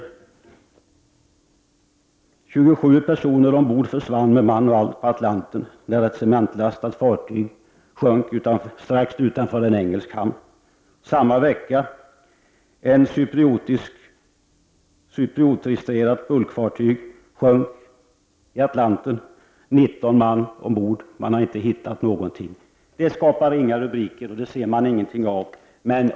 Jag skall ta ett exempel: 27 personer ombord försvann med man och allt på Atlanten när ett cementlastat fartyg sjönk strax utanför en engelsk hamn. Samma vecka skrevs: Ett cypriotregistrerat bulkfartyg sjönk i Atlanten. 19 man ombord, man har inte hittat något. Sådana händelser skapar inga rubriker, och man ser ingenting om dem.